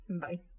Bye